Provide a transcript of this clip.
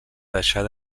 deixar